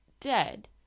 dead